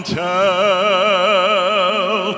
tell